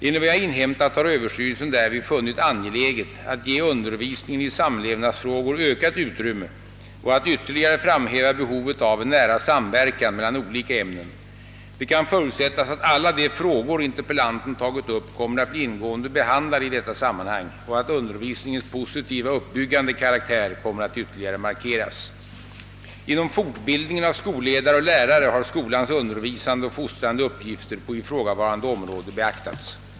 Enligt vad jag inhämtat har överstyrelsen därvid funnit angeläget att ge undervisningen i samlevnadsfrågor ökat utrymme och att ytterligare framhäva behovet av en nära samverkan mellan olika ämnen. Det kan förutsättas att alla de frågor interpellanten tagit upp kommer att bli ingående behandlade i detta sammanhang och att undervisningens positiva uppbyggande karaktär kommer att ytterligare markeras. Inom fortbildningen av skolledare och lärare har skolans undervisande och fostrande uppgifter på ifrågavarande område beaktats.